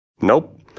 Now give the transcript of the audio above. Nope